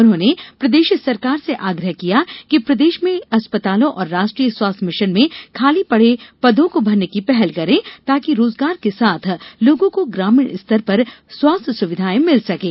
उन्होंने प्रदेश सरकार से आग्रह किया कि प्रदेश के अस्पतालों और राष्ट्रीय स्वास्थ्य मिशन में खाली पड़े पदों को भरने की पहल करें ताकि रोजगार के साथ लोगों को ग्रामीण स्तर पर स्वास्थ्य सुविधायें मिल सकें